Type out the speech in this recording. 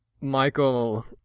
Michael